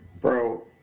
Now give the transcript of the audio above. bro